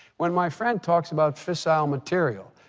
when my friend talks about fissile material,